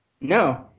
No